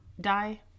die